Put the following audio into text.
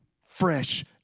fresh